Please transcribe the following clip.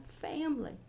family